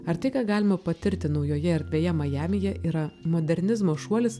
ar tai ką galima patirti naujoje erdvėje majamyje yra modernizmo šuolis